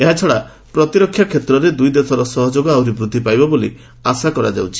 ଏହାଛଡା ପ୍ରତୀରକ୍ଷା କ୍ଷେତ୍ରରେ ଦୁଇଦେଶର ସହଯୋଗ ଆହୁରି ବୃଦ୍ଧି ପାଇବ ବୋଲି ଆଶା କରାଯାଉଛି